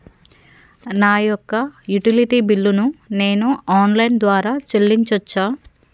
నా యొక్క utility bill ను నేను ఆన్ లైన్ ద్వారా చెల్లించొచ్చా?